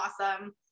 awesome